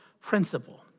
principle